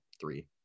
Three